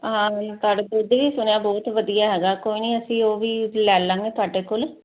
ਹਾਂ ਥਾਡਾ ਦੁੱਧ ਵੀ ਬਹੁਤ ਵਧੀਆ ਹੈਗਾ ਕੋਈ ਨਹੀਂ ਅਸੀਂ ਉਹ ਵੀ ਲੈ ਲਾਂਗੇ ਤੁਹਾਡੇ ਕੋਲ